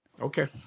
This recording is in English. Okay